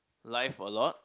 life a lot